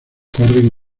corren